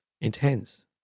intense